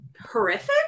horrific